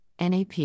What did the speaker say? NAP